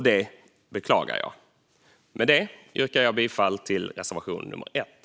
Det beklagar jag. Med det yrkar jag bifall till reservation nummer 1.